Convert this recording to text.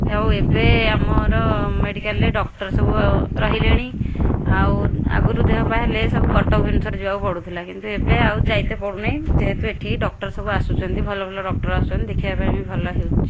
ଆଉ ଏବେ ଆମର ମେଡ଼ିକାଲ୍ରେ ଡ଼କ୍ଟର୍ ସବୁ ରହିଲେଣି ଆଉ ଆଗରୁ ଦେହପା ହେଲେ ସବୁ କଟକ ଭୁବନେଶ୍ଵର ଯିବାକୁ ପଡ଼ୁଥିଲା କିନ୍ତୁ ଏବେ ଯାଇତେ ପଡ଼ୁନାହିଁ ଯେହେତୁ ଏଟିକି ଡ଼କ୍ଟର୍ ସବୁ ଆସୁଛନ୍ତି ଭଲ ଭଲ ଡ଼କ୍ଟର୍ ଆସୁଛନ୍ତି ଦେଖିବା ପାଇଁ ବି ଭଲ ହେଉଛି